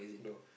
no